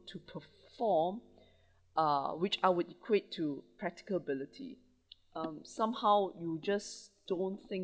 to perform uh which I would equate to practical ability um somehow you just don't think